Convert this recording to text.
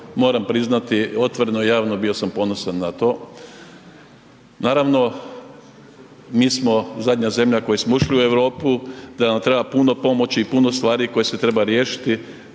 moram priznati otvoreno i javno, bio sam ponosan na to. Naravno, mi smo zadnja zemlja koji smo ušli u Europu, da nam treba puno pomoći i puno stvari koje se treba riješiti,